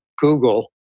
Google